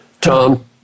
Tom